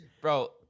bro